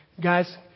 Guys